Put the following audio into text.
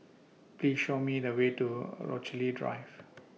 Please Show Me The Way to Rochalie Drive